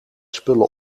spullen